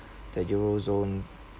the euro zone